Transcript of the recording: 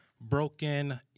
broken